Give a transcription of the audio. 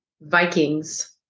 Vikings